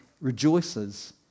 rejoices